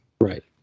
right